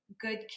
good